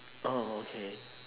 orh okay